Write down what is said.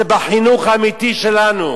זה בחינוך האמיתי שלנו.